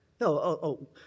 No